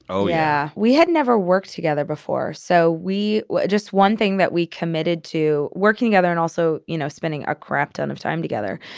oh, yeah. we had never worked together before. so we we just one thing that we committed to working together and also, you know, spending a crap ton of time together.